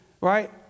right